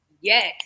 Yes